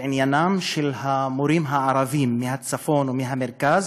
עניינם של המורים הערבים מהצפון או מהמרכז,